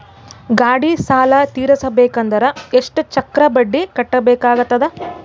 ಗಾಡಿ ಸಾಲ ತಿರಸಬೇಕಂದರ ಎಷ್ಟ ಚಕ್ರ ಬಡ್ಡಿ ಕಟ್ಟಬೇಕಾಗತದ?